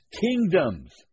kingdoms